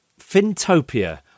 Fintopia